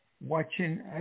watching